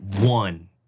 one